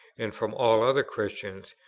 and from all other christians,